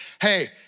Hey